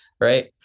right